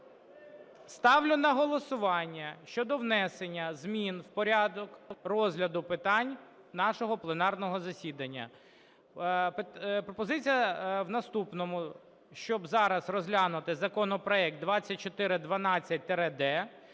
ставлю на голосування щодо внесення змін в порядок розгляду питань нашого пленарного засідання. Пропозиція в наступному: щоб зараз розглянути законопроект 2412-д,